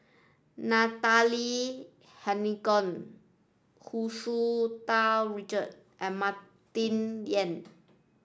Natalie Hennedige Hu Tsu Tau Richard and Martin Yan